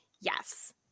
Yes